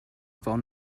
phone